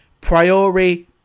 Priori